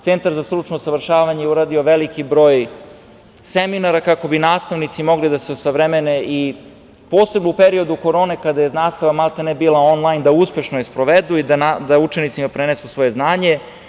Centar za stručno usavršavanje je uradio veliki broj seminara kako bi nastavnici mogli da se osavremene, posebno u periodu korone kada je nastava bila maltene onlajn, da je uspešno sprovedu i da učenici prenesu svoje znanje.